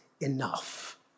enough